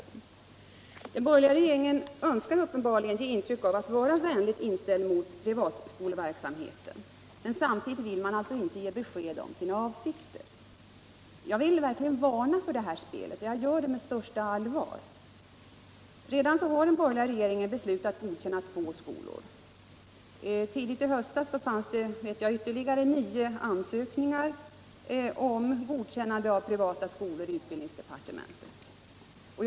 Om översynen av de Den borgerliga regeringen önskar uppenbarligen ge intryck av att den = privata skolornas är vänligt inställd mot privatskoleverksamheten, men samtidigt vill man = ställning alltså inte ge besked om sina avsikter. Jag vill verkligen varna för det här spelet. Jag gör det med största allvar. Redan har den borgerliga regeringen beslutat godkänna två privata skolor. Tidigt i höstas fanns det, vet jag, ytterligare nio ansökningar i utbildningsdepartementet om godkännande av privata skolor.